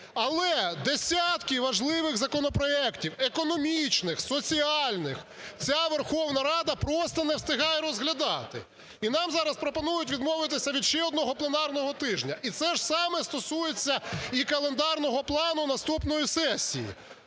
Але десятки важливих законопроектів – економічних, соціальних – ця Верховна Рада просто не встигає розглядати. І нам зараз пропонують відмовитися від ще одного пленарного тижня. І це ж саме стосується і календарного плану наступної сесії.